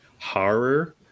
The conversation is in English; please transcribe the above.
horror